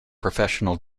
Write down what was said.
professional